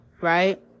right